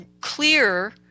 clear